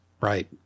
Right